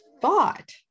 thought